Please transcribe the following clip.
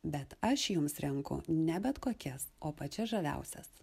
bet aš jums renku ne bet kokias o pačias žaviausias